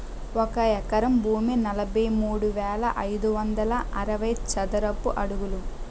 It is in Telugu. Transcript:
ఒక ఎకరం భూమి నలభై మూడు వేల ఐదు వందల అరవై చదరపు అడుగులు